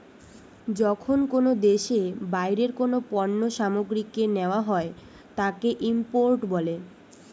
যখন কোনো দেশে বাইরের কোনো পণ্য সামগ্রীকে নেওয়া হয় তাকে ইম্পোর্ট বলে